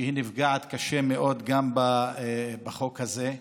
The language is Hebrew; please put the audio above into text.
שנפגעת קשה מאוד גם בחוק הזה.